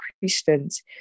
Christians